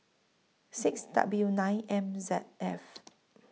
six W nine M Z F